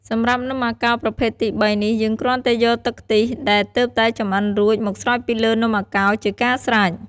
សម្រាប់នំំអាកោរប្រភេទទីបីនេះ យើងគ្រាន់តែយកទឹកខ្ទិះដែលទើបតែចម្អិនរួច មកស្រោចពីលើនំអាកោរជាការស្រេច។